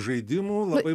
žaidimų labai